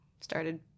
started